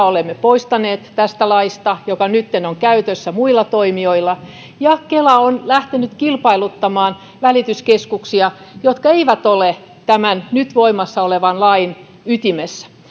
olemme poistaneet tästä laista joka nytten on käytössä muilla toimijoilla ja kela on lähtenyt kilpailuttamaan välityskeskuksia jotka eivät ole tämän nyt voimassa olevan lain ytimessä